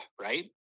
right